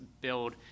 build